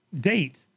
date